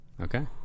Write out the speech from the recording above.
Okay